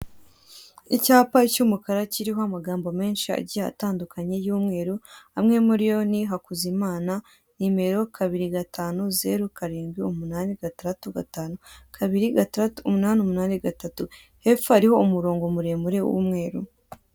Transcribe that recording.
Icyapa cy'umukara kiriho amagambo menshi agiye atandukanye y'umweru amwe muriyo ni Hakuzimana nimero kabiri gatanu, zeru, karindwi, umunani, gatandatu, gatanu, kabiri, gatandatu, umunani, umunani, gatatu hepfo hariho umurongo muremure w'umweru.